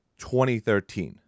2013